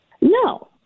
No